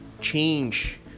change